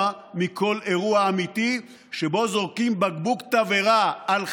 מכל אירוע אמיתי שבו זורקים בקבוק תבערה על חיילים,